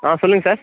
ஆ சொல்லுங்க சார்